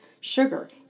Sugar